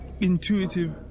intuitive